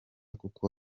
kuko